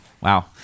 Wow